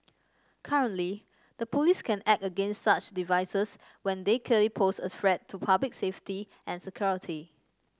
currently the police can act against such devices when they clearly pose a threat to public safety and security